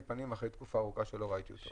פנים אחרי תקופה ארוכה שלא ראיתי אותו,